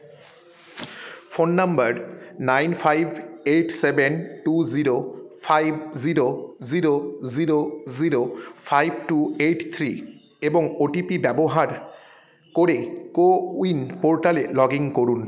phone number nine five eight seven two zero five zero zero zero zero five two eight three এবং O T P ব্যবহার করে CoWIN পোর্টালে log in করুন